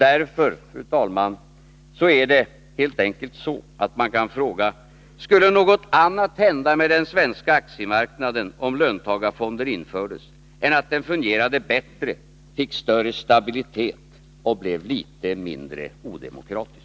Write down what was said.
Därför kan man, fru talman, fråga: Skulle något annat hända med den svenska aktiemarknaden, om löntagarfonder infördes, än att den fungerade bättre, fick större stabilitet och blev litet mindre odemokratisk?